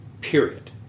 Period